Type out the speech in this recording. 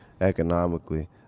economically